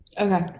Okay